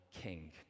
king